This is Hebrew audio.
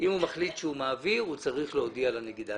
אם הוא מחליט שהוא מעביר, הוא צריך להודיע לנגידה.